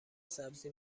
سبزی